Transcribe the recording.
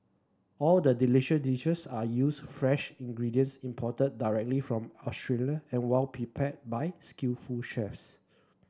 all the delicious dishes are used fresh ingredients imported directly from Australia and well prepared by skillful chefs